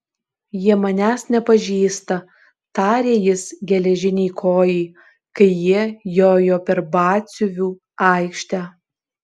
jie manęs nepažįsta tarė jis geležinei kojai kai jie jojo per batsiuvių aikštę